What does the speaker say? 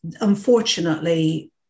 unfortunately